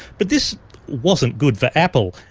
but this wasn't good for apple.